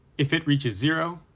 if it reaches zero,